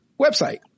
website